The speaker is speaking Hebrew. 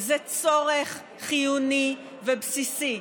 זה צורך חיוני ובסיסי.